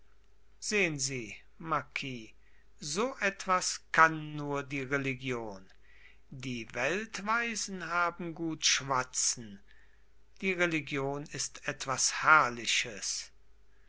sehen sie marquis so etwas kann nur die religion die weltweisen haben gut schwatzen die religion ist etwas herrliches